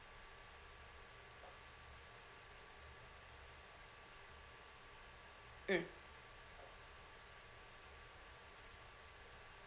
mm